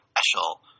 special